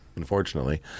Unfortunately